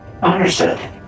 Understood